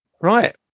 Right